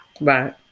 Right